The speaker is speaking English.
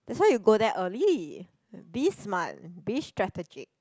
that's why you go there early be smart be strategic